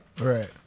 Right